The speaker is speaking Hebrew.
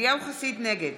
נגד